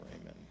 Amen